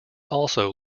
also